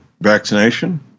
vaccination